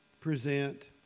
present